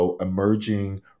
emerging